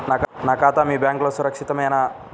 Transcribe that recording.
నా ఖాతా మీ బ్యాంక్లో సురక్షితమేనా?